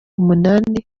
umunani